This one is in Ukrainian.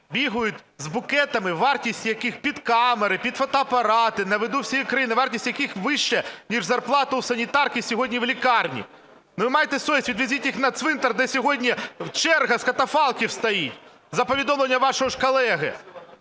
Бігають з букетами, вартість яких, під камери, під фотоапарати, на виду всієї країни, вартість яких вища ніж зарплата у санітарки сьогодні в лікарні. Ви майте совість, відвезіть їх на цвинтар, де сьогодні черга з катафалків стоїть, за повідомленням вашого ж колеги.